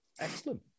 Excellent